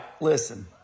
listen